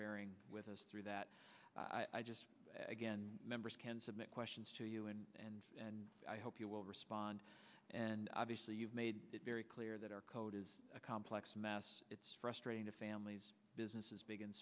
bearing with us through that i just again members can submit questions to you and and and i hope you will respond and obviously you've made it very clear that our code is a complex mess it's frustrating to families businesses big